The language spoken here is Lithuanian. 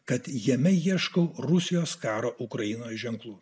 kad jame ieškau rusijos karo ukrainoje ženklų